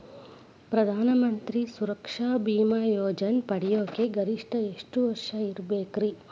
ಪ್ರಧಾನ ಮಂತ್ರಿ ಸುರಕ್ಷಾ ಭೇಮಾ ಯೋಜನೆ ಪಡಿಯಾಕ್ ಗರಿಷ್ಠ ಎಷ್ಟ ವರ್ಷ ಇರ್ಬೇಕ್ರಿ?